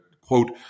quote